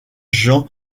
jean